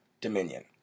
Dominion